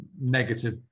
negative